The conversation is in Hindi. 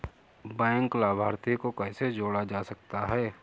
बैंक लाभार्थी को कैसे जोड़ा जा सकता है?